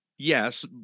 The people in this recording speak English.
Yes